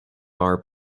bar